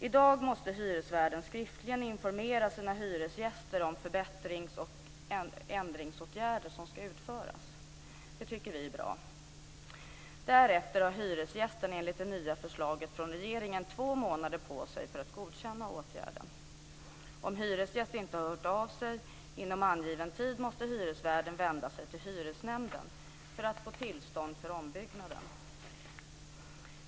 I dag måste hyresvärden skriftligen informera sina hyresgäster om förbättrings och ändringsåtgärder som ska utföras. Det tycker vi är bra. Därefter har hyresgästerna enligt det nya förslaget från regeringen två månader på sig för att godkänna åtgärden. Om hyresgäst inte har hört av sig inom angiven tid måste hyresvärden vända sig till hyresnämnden för att få tillstånd för ombyggnaden.